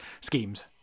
schemes